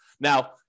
Now